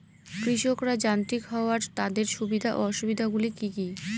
কৃষকরা যান্ত্রিক হওয়ার তাদের সুবিধা ও অসুবিধা গুলি কি কি?